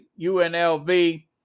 UNLV